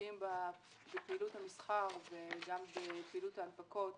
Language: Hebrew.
כמשקיעים בפעילות המסחר וגם בפעילות ההנפקות